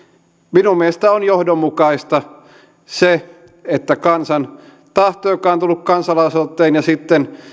minun mielestäni on johdonmukaista se että kansan tahtoa joka on tullut kansalaisaloitteen ja sitten